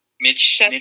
Mitch